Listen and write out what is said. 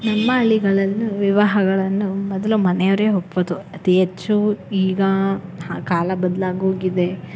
ನಮ್ಮ ಹಳ್ಳಿಗಳಲ್ಲೂ ವಿವಾಹಗಳನ್ನು ಮೊದಲು ಮನೆಯವರೇ ಒಪ್ಪೋದು ಅತಿ ಹೆಚ್ಚು ಈಗ ಹಾಂ ಕಾಲ ಬದಲಾಗೋಗಿದೆ